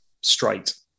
straight